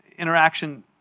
interaction